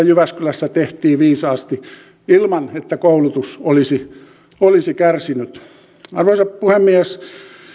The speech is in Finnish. jyväskylässä tehtiin viisaasti ilman että koulutus olisi olisi kärsinyt arvoisa puhemies